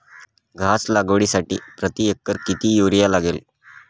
घास लागवडीसाठी प्रति एकर किती युरिया लागेल?